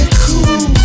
cool